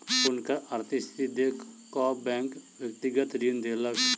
हुनकर आर्थिक स्थिति देख कअ बैंक व्यक्तिगत ऋण देलक